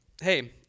hey